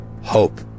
hope